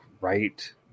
right